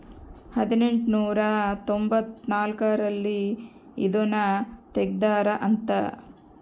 ಹದಿನೆಂಟನೂರ ತೊಂಭತ್ತ ನಾಲ್ಕ್ ರಲ್ಲಿ ಇದುನ ತೆಗ್ದಾರ ಅಂತ